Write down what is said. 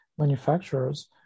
manufacturers